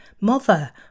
Mother